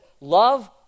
love